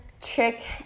trick